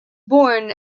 born